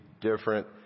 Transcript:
different